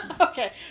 Okay